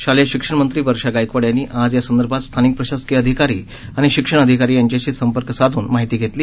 शालेय शिक्षण मंत्री वर्षा गायकवाड यांनी आज या संदर्भात स्थानिक प्रशासकीय अधिकारी आणि शिक्षण अधिकारी यांच्याशी संपर्क साधून माहिती घेतली